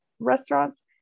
Restaurants